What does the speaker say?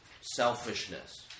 selfishness